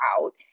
out